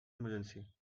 emergency